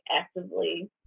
actively